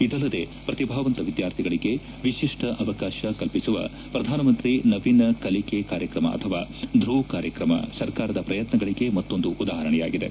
ಇದಲ್ಲದೇ ಪ್ರತಿಭಾವಂತ ಎದ್ದಾರ್ಥಿಗಳಿಗೆ ಎತಿಷ್ಲ ಅವಕಾಶ ಕಲ್ಪಿಸುವ ಪ್ರಧಾನಮಂತ್ರಿ ನವೀನ ಕಲಿಕೆ ಕಾರ್ಯಕ್ರಮ ಆಥವಾ ಧುವ್ ಕಾರ್ಯಕ್ರಮ ಸರ್ಕಾರದ ಪ್ರಯತ್ನಗಳಗೆ ಮತ್ತೊಂದು ಉದಾಪರಣೆಯಾಗಿದೆ